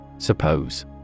Suppose